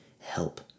help